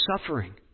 suffering